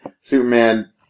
Superman